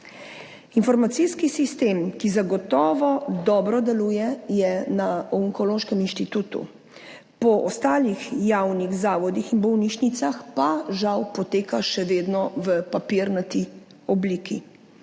Informacijski sistem, ki zagotovo dobro deluje, je na Onkološkem inštitutu. Po ostalih javnih zavodih in bolnišnicah pa, žal, poteka še vedno v papirnati obliki.